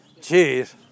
Jeez